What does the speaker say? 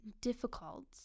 difficult